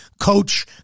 coach